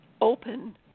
open